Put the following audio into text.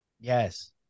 Yes